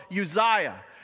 Uzziah